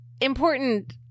important